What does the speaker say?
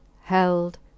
held